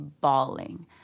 bawling